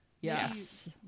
yes